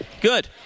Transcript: Good